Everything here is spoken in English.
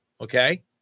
Okay